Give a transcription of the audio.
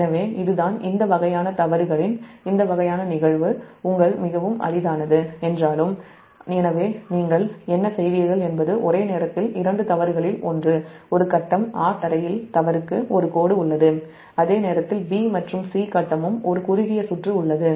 எனவே இதுதான் இந்த வகையான தவறுகளின் நிகழ்வு மிகவும் அரிதானது என்றாலும் நீங்கள் என்ன செய்வீர்கள் என்பது ஒரே நேரத்தில் இரண்டு தவறுகளில் ஒன்று ஒரு ஃபேஸ் 'a' க்ரவுன்ட்ல் தவறுக்கு ஒரு கோடு உள்ளது அதே நேரத்தில் 'b' மற்றும் 'c' ஃபேஸ்ம் ஒரு குறுகிய சுற்று உள்ளது